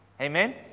Amen